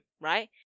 right